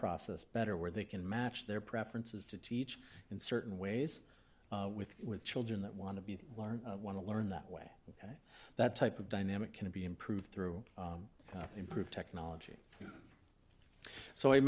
process better where they can match their preferences to teach in certain ways with children that want to be learned want to learn that way and that type of dynamic can be improved through improved technology so